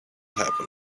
happen